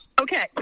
Okay